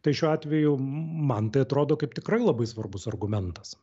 tai šiuo atveju man tai atrodo kaip tikrai labai svarbus argumentas